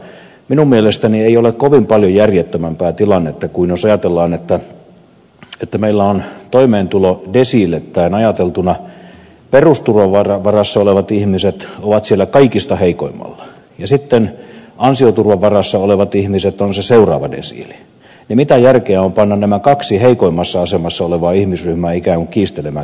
minun mielestäni ei ole kovin paljon järjettömämpää tilannetta kuin jos ajatellaan että meillä toimeentulodesiileittäin ajateltuna perusturvan varassa olevat ihmiset ovat siellä kaikista heikoimmalla ja sitten ansioturvan varassa olevat ihmiset ovat se seuraava desiili panna nämä kaksi heikoimmassa asemassa olevaa ihmisryhmää ikään kuin kiistelemään keskenään